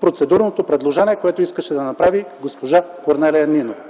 процедурното предложение, което искаше да направи госпожа Корнелия Нинова.